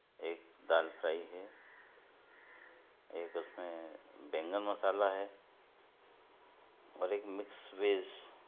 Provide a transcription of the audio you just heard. एक दाल फ्राई है एक उसमें बेंगन मसाला है और एक मिक्स वेज